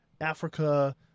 Africa